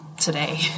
today